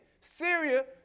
Syria